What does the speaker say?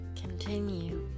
Continue